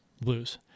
Blues